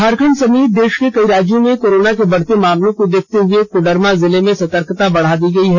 झारखंड समेत देश के कई राज्यों में कोरोना के बढ़ते मामलों को देखते हुए कोडरमा जिले में सतर्कता बढ़ा दी गई है